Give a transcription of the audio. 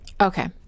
Okay